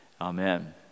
Amen